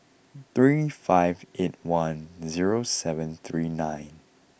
three five eight one zero seven three nine